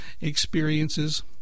experiences